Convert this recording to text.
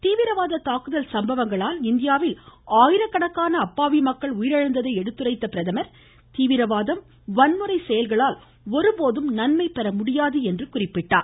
தீவிரவாத தாக்குதல் சம்பவங்களால் இந்தியாவில் ஆயிரக்கணக்கான அப்பாவி மக்கள் உயிரிழந்ததை எடுத்துரைத்த பிரதமர் தீவிரவாதம் மற்றும் வன்முறை செயல்களால் ஒருபோதும் நன்மை பெற முடியாது என்று கூறினார்